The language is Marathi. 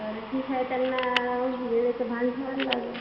बरं ठीक आहे त्यांना वेळेचं भान ठेवायला लागेल